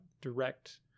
direct